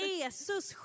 Jesus